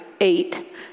eight